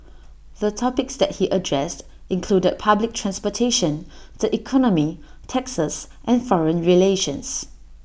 the topics that he addressed included public transportation the economy taxes and foreign relations